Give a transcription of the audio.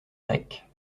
grecs